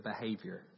behavior